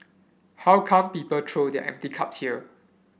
how come people throw their empty cups here